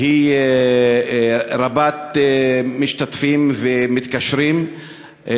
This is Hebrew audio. היא רבת משתתפים ומתקשרים,